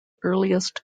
earliest